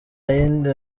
yindi